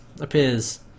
appears